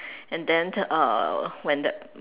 and then uh when that